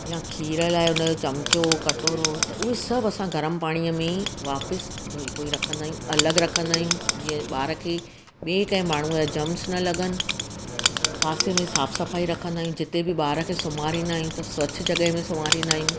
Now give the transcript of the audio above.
या खीर लाइ हुन जो चमिचो कटोरो त उहे सभु असां गरम पाणीअ में वापसि धोई पोई रखंदा आहियूं अलॻि रखंदा आहियूं जीअं ॿार खे ॿिए के माण्हूअ जा जम्स न लॻनि पासे में साफ़ु सफ़ाई रखंदा आहियूं जिते बि ॿार खे सुम्हारींदा आहियूं त स्वच्छ जॻह में सुम्हारींदा आहियूं